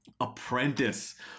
apprentice